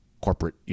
corporate